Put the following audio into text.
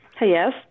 Yes